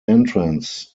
entrance